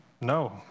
No